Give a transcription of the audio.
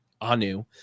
anu